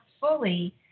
fully